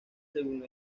según